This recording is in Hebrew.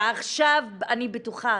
ועכשיו אני בטוחה,